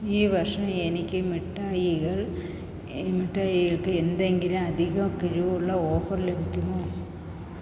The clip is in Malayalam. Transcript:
ഈ വർഷം എനിക്ക് മിഠായികൾ മിഠായികൾക്ക് എന്തെങ്കിലും അധിക കിഴിവുള്ള ഓഫറുകൾ ലഭിക്കുമോ